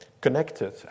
connected